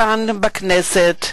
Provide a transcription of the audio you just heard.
כאן בכנסת,